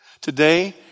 today